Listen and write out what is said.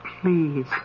please